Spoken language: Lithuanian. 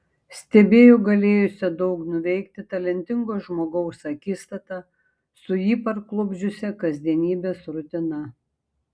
stebėjo galėjusio daug nuveikti talentingo žmogaus akistatą su jį parklupdžiusia kasdienybės rutina